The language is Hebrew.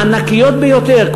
הענקיות ביותר,